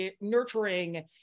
nurturing